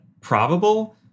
probable